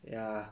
ya